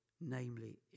namely